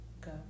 go